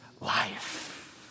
life